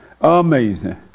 Amazing